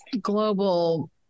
global